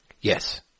Yes